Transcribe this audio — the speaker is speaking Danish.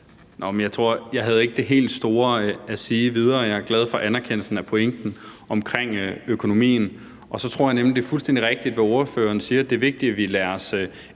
jeg havde ikke det helt store at sige yderligere. Jeg er glad for anerkendelsen af pointen om økonomien, og så tror jeg, at det er fuldstændig rigtigt, hvad ordføreren siger, nemlig at det er vigtigt, at vi lader os